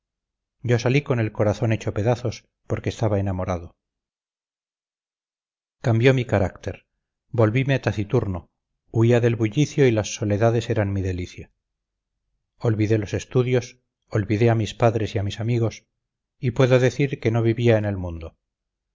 yo salí con el corazón hecho pedazos porque estaba enamorado cambió mi carácter volvime taciturno huía del bullicio y las soledades eran mi delicia olvidé los estudios olvidé a mis padres y a mis amigos y puedo decir que no vivía en el mundo